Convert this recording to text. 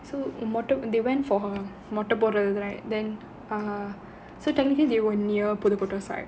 so mottai they went for a mottai போடறதுக்கு:mottai podarathukku right then ah so technically they were near Pudukkottai side